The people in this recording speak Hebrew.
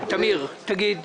טמיר, תגיד.